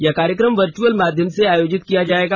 यह कार्यक्रम वर्चअल माध्यम में आयोजित किया जाएगा